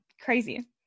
crazy